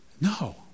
No